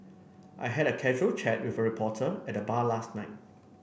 I had a casual chat with a reporter at the bar last night